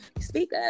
Speak